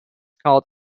called